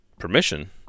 permission